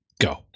go